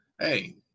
hey